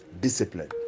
discipline